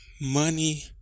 money